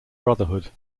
brotherhood